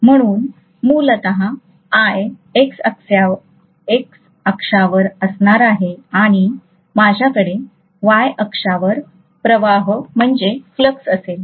म्हणून मूलत I x अक्षावर असणार आहे आणि माझ्याकडे y अक्षावर प्रवाह असेल